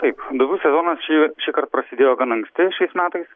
taip duobių sezonas šį šįkart prasidėjo gan anksti šiais metais